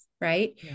Right